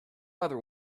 other